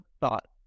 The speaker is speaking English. thought